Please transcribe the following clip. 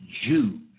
Jews